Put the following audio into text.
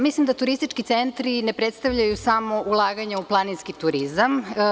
Mislim da turistički centri ne predstavljaju samo ulaganje u planinski turizam.